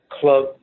club